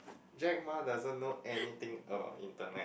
Jack Ma doesn't know anything about internet